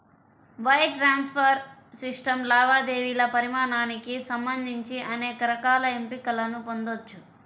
wire transfer system లావాదేవీల పరిమాణానికి సంబంధించి అనేక రకాల ఎంపికలను పొందొచ్చు